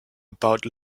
about